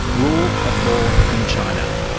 rule of law in china,